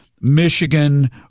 Michigan